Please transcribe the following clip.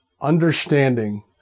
understanding